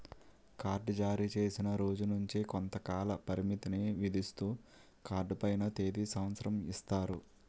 card జారీచేసిన రోజు నుంచి కొంతకాల పరిమితిని విధిస్తూ కార్డు పైన తేది సంవత్సరం ఇస్తారు